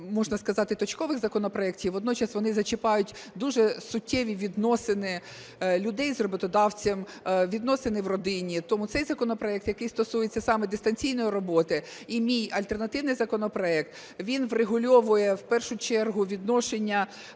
можна сказати точкових законопроектів, водночас вони зачіпають дуже суттєві відносини людей з роботодавцем, відносини в родині. Тому цей законопроект, який стосується саме дистанційної роботи, і мій альтернативний законопроект, він врегульовує в першу чергу відношення